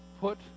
put